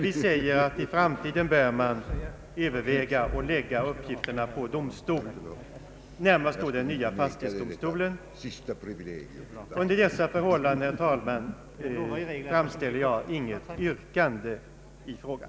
Vi anser att det bör övervägas att i framtiden lägga ifrågavarande uppgifter på domstol, varvid den nya fastighetsdomstolen synes vara lämpligaste forum. Under dessa förhållanden, herr talman, ställer jag inget yrkande i frågan.